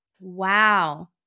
Wow